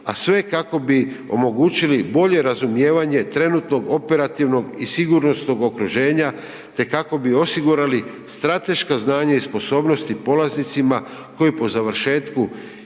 a sve kako bi omogućili bolje razumijevanje trenutnog operativnog i sigurnosnog okruženja te kako bi osigurali strateška znanja i sposobnosti polaznicima koji po završetku